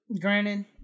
granted